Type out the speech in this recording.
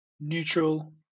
neutral